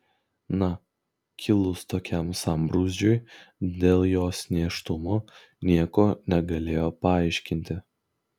na kilus tokiam sambrūzdžiui dėl jos nėštumo nieko negalėjo paaiškinti